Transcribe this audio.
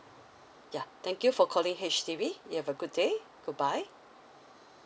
ya thank you for calling H_D_B you have a good day goodbye